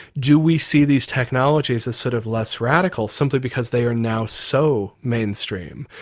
do we see these technologies as sort of less radical simply because they are now so mainstream?